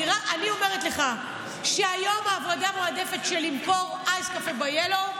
אני אומרת לך שהיום עבודה מועדפת של למכור אייס קפה ב-yellow,